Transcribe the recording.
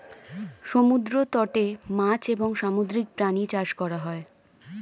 সমুদ্র তটে মাছ এবং সামুদ্রিক প্রাণী চাষ করা হয়